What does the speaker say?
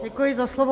Děkuji za slovo.